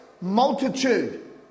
multitude